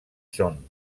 són